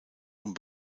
und